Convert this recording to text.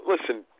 listen